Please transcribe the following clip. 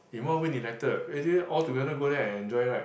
in what way neglected already altogether go there and enjoy right